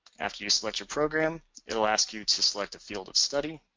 after you select your program it will ask you to select a field of study.